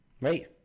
Right